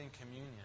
communion